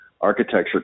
architecture